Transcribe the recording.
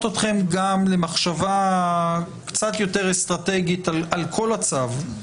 אתכם גם למחשבה קצת יותר אסטרטגית על כול הצו,